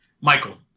Michael